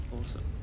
Awesome